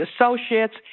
associates